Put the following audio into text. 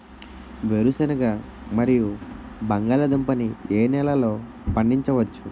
వేరుసెనగ మరియు బంగాళదుంప ని ఏ నెలలో పండించ వచ్చు?